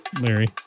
Larry